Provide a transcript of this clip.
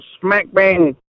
smack-bang